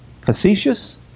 facetious